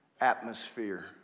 atmosphere